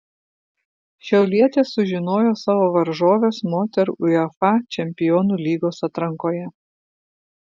šiaulietės sužinojo savo varžoves moterų uefa čempionų lygos atrankoje